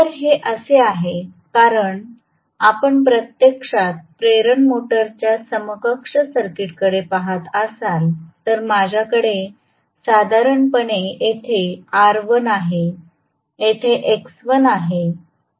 तर हे असे आहे कारण आपण प्रत्यक्षात प्रेरण मोटरच्या समकक्ष सर्किटकडे पहात असाल तर माझ्याकडे साधारणपणे येथे R1 आहे येथे X1 आहे